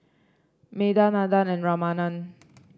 Medha Nandan and Ramanand